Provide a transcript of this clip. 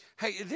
Hey